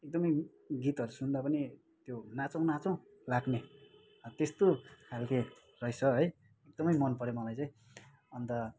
एकदमै गीतहरू सुन्दा पनि त्यो नाँचौँ नाँचौँ लाग्ने त्यस्तो खालको रहेछ है एकदमै मन पऱ्यो मलाई चाहिँ अन्त